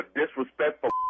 disrespectful